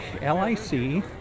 L-I-C